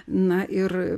na ir